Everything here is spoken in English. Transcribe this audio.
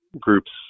groups